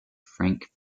frank